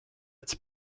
its